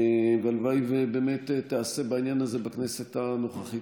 הלוואי שבאמת תיעשה בעניין הזה בכנסת הנוכחית